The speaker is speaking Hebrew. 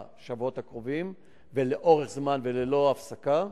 כבר בשבועות הקרובים ולאורך זמן וללא הפסקה,